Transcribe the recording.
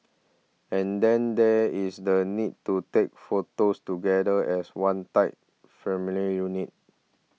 and then there is the need to take photos together as one tight familial unit